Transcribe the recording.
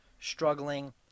struggling